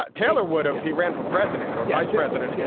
ah taylor would have. he ran for president or vice president.